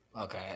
Okay